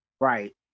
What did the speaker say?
Right